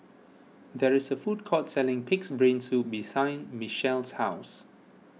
there is a food court selling Pig's Brain Soup Mechelle's house